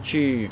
去